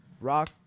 Rock